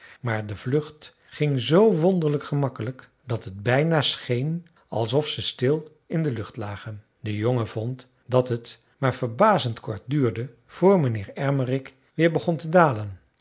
maar de vlucht ging zoo wonderlijk gemakkelijk dat het bijna scheen alsof ze stil in de lucht lagen de jongen vond dat het maar verbazend kort duurde voor mijnheer ermerik weer begon te dalen